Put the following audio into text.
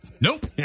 Nope